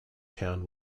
town